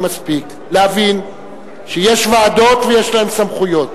מספיק להבין שיש ועדות ויש להן סמכויות.